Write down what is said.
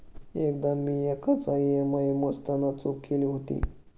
एकदा मी एकाचा ई.एम.आय मोजताना चूक केली होती